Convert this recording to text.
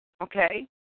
okay